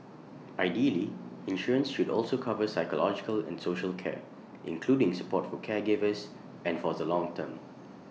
ideally insurance should also cover psychological and social care including support for caregivers and for the long term